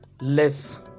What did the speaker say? less